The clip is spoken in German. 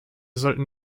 sollten